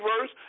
verse